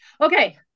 Okay